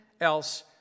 else